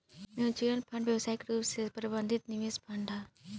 mutual fund व्यावसायिक रूप से प्रबंधित निवेश फंड ह